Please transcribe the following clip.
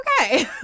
okay